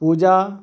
पूजा